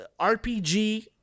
RPG